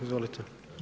Izvolite.